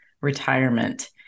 retirement